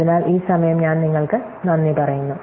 അതിനാൽ ഈ സമയം ഞാൻ നിങ്ങൾക്ക് നന്ദി പറയുന്നു